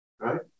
Right